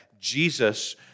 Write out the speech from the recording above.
Jesus